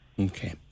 Okay